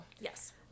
yes